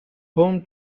home